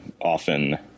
often